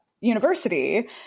university